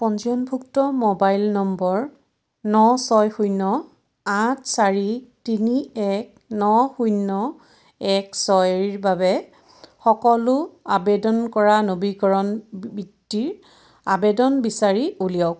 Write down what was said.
পঞ্জীয়নভুক্ত ম'বাইল নম্বৰ ন ছয় শূন্য আঠ চাৰি তিনি এক ন শূন্য এক ছয়ৰ বাবে সকলো আবেদন কৰা নবীকৰণ বৃত্তিৰ আবেদন বিচাৰি উলিয়াওক